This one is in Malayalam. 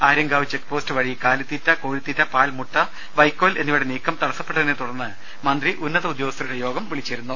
ആര്യങ്കാവ് ചെക്ക്പോസ്റ്റ് വഴി കാലിത്തീറ്റ കോഴിത്തീറ്റ പാൽ മുട്ട വൈക്കോൽ എന്നിവയുടെ നീക്കം തടസ്സപ്പെട്ടതിനെത്തുടർന്ന് മന്ത്രി ഉന്നത ഉദ്യോഗസ്ഥരുടെ യോഗം വിളിച്ചിരുന്നു